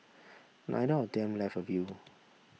neither of them left a will